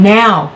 now